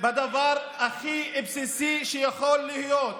בדבר הכי בסיסי שיכול להיות.